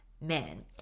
men